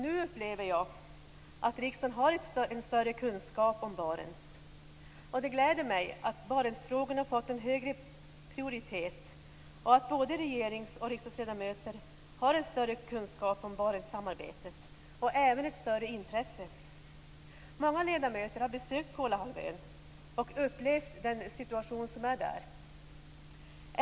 Nu upplever jag att riksdagen har en större kunskap om Barentsområdet. Det gläder mig att Barentsfrågorna fått en högre prioritet, och att både regeringsmedlemmar och riksdagsledamöter har en större kunskap om Barentssamarbetet, och även ett större intresse av det. Många ledamöter har besökt Kolahalvön och upplevt situationen där.